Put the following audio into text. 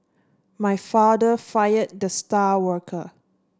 my father fired the star worker